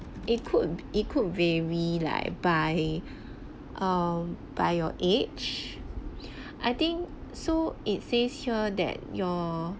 it could it could vary like by um by your age I think so it says here that your